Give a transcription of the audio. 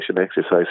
exercise